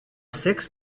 six